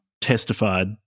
testified